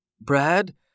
Brad